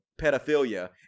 pedophilia